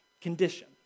condition